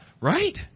Right